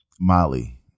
Molly